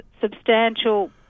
substantial